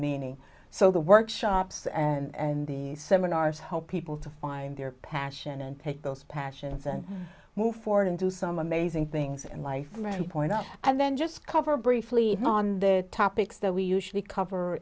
meaning so the workshops and the seminars help people to find their passion and take those passions and move forward and do some amazing things in life from every point up and then just cover briefly on the topics that we usually cover